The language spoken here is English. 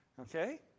Okay